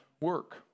work